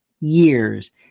years